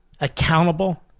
accountable